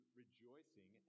rejoicing